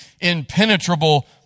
impenetrable